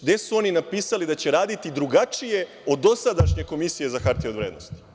Gde su oni napisali da će raditi drugačije od dosadašnje Komisije za hartije od vrednosti?